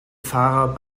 fahrer